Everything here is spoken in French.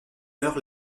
heure